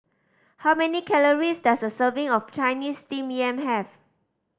how many calories does a serving of Chinese Steamed Yam have